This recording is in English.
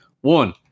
One